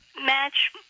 match